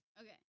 Okay